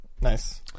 Nice